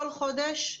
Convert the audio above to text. כל חודש,